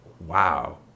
wow